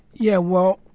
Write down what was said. yeah, well,